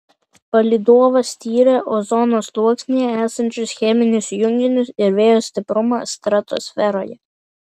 palydovas tyrė ozono sluoksnyje esančius cheminius junginius ir vėjo stiprumą stratosferoje